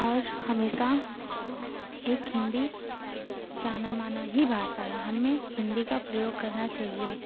और हमेशा एक हिन्दी जानी मानी ही भाषा है हमें हिन्दी का प्रयोग करना चाहिए